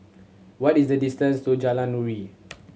what is the distance to Jalan Nuri